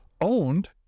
owned